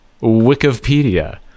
Wikipedia